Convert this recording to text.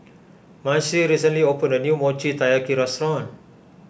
Marcie recently opened a new Mochi Taiyaki restaurant